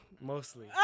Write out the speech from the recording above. Mostly